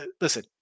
Listen